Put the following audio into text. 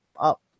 up